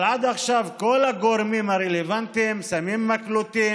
אבל עד עכשיו כל הגורמים הרלוונטיים שמים מקלות,